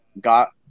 got